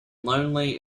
lonely